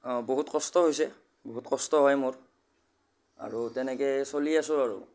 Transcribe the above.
অঁ বহুত কষ্ট হৈছে বহুত কষ্ট হয় মোৰ আৰু তেনেকৈয়ে চলি আছো আৰু